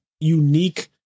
Unique